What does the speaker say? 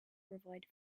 provide